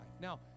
Now